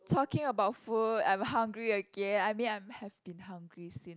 talking about food I am hungry again I mean I am have been hungry since